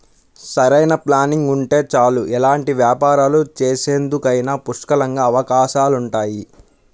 సరైన ప్లానింగ్ ఉంటే చాలు ఎలాంటి వ్యాపారాలు చేసేందుకైనా పుష్కలంగా అవకాశాలుంటాయి